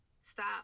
stop